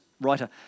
writer